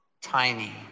tiny